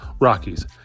Rockies